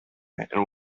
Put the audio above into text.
and